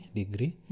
degree